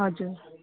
हजुर